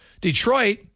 Detroit